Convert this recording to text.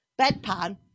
bedpan